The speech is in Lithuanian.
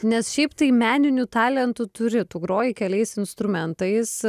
nes šiaip tai meninių talentų turi tu groji keliais instrumentais